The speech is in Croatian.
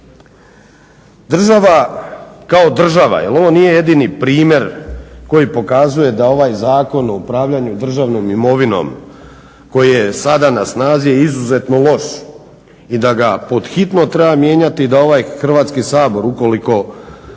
Država kao država, jer ovo nije jedini primjer koji pokazuje da ovaj Zakon o upravljanju državnom imovinom koji je sada na snazi je izuzetno loš i da ga pod hitno treba mijenjati i da ovaj Hrvatski sabor ukoliko se